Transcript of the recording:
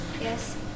Yes